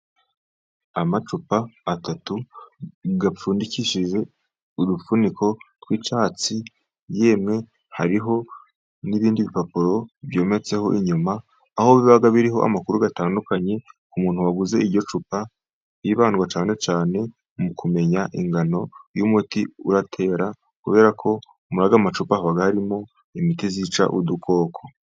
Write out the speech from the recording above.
Amacupa atatu apfundikije udufuniko twi'icyatsi, yemwe hariho n'ibindi bipapuro byometseho inyuma, aho biba biriho amakuru atandukanye, ku muntu waguze iryo cupa, hibandwaho cyane cyane mu kumenya ingano y'umuti uratera, kubera ko muraya macupa, haba harimo imiti yica udukoko.